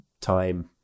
time